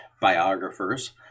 biographers